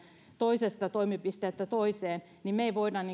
toisesta toimipisteestä toiseen me emme voi